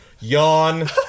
yawn